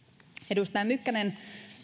edustaja mykkänen